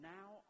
Now